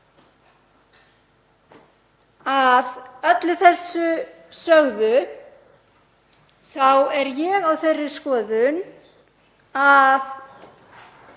Að öllu þessu sögðu þá er ég á þeirri skoðun að